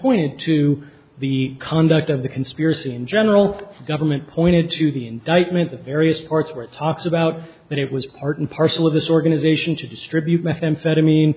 pointed to the conduct of the conspiracy in general the government pointed to the indictment the various parts were talks about that it was part and parcel of this organization to distribute methamphetamine